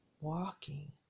walking